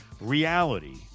reality